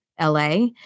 LA